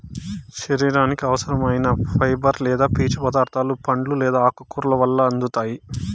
శరీరానికి అవసరం ఐన ఫైబర్ లేదా పీచు పదార్థాలు పండ్లు లేదా ఆకుకూరల వల్ల అందుతాయి